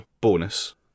bonus